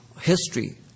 history